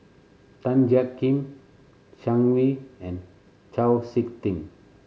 Tan Jiak Kim Zhang Hui and Chau Sik Ting